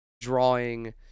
drawing